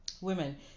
women